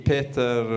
Peter